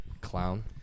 clown